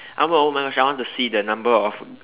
I'm uh oh my gosh I want to see the number of